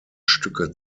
stücke